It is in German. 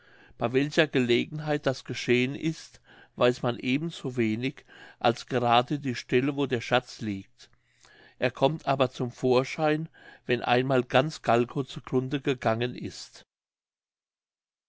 bei welcher gelegenheit das geschehen ist weiß man eben so wenig als gerade die stelle wo der schatz liegt er kommt aber zum vorschein wenn einmal ganz gahlkow zu grunde gegangen ist